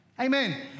Amen